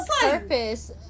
purpose